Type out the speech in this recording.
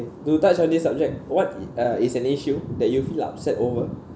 to touch on this subject what i~ uh is an issue that you feel upset over